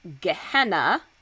Gehenna